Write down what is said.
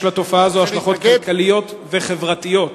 לתופעה זו השלכות כלכליות וחברתיות.